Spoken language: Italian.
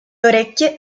orecchie